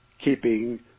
keeping